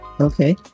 Okay